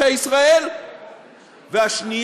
שתי בשורות,